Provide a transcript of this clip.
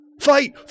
fight